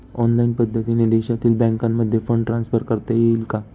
Online पद्धतीने देशातील बँकांमध्ये फंड ट्रान्सफर करता येईल का?